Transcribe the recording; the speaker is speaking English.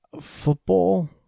Football